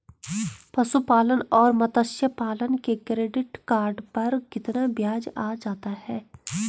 पशुपालन और मत्स्य पालन के क्रेडिट कार्ड पर कितना ब्याज आ जाता है?